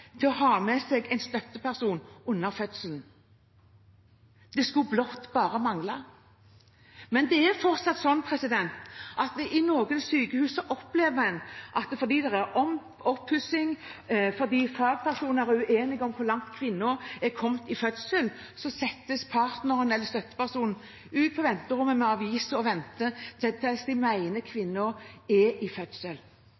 til å ha med seg en støtteperson under fødselen! Det skulle bare mangle. Men det er fortsatt sånn at i noen sykehus opplever en at fordi det er oppussing, eller fordi fagpersoner er uenige om hvor langt kvinner er kommet i fødsel, settes partneren eller støttepersonen ut på venterommet med aviser. En må vente til de